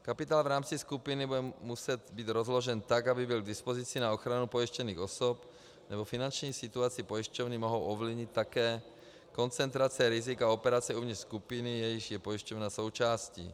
Kapitál v rámci skupiny bude muset být rozložen tak, aby byl k dispozici na ochranu pojištěných osob, nebo finanční situaci pojišťovny mohou ovlivnit také koncentrace rizik a operace uvnitř skupiny, jejíž je pojišťovna součástí.